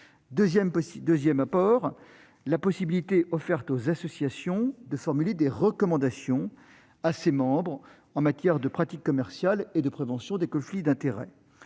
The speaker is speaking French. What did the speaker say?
Deuxième apport : la possibilité offerte aux associations de formuler des recommandations à leurs membres en matière de pratiques commerciales et de prévention des conflits d'intérêts,